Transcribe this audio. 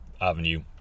avenue